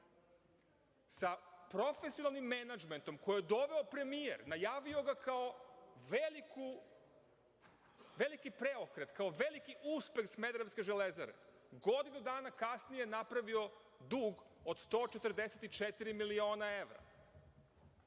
sa profesionalnim menadžmentom, kojeg je doveo premijer, najavio ga kao veliki preokret, kao veliki uspeh smederevske „Železare“, godinu dana kasnije, napravila dug od 144 miliona